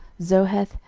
zoheth,